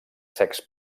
secs